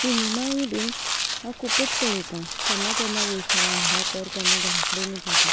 सिनेमाय बी हांव खुबूच पळयतां केन्ना केन्ना वयता वांगडा ओर वा घरा कडेनय पळयतां